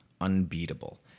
unbeatable